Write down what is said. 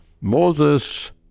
Moses